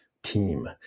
team